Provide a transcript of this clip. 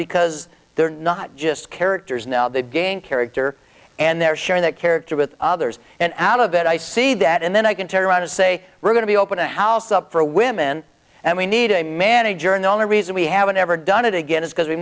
because they're not just characters now they've gained character and they're sharing that character with others and out of it i see that and then i can turn around and say we're going to be open a house up for a women and we need a manager and the only reason we haven't ever done it again is because we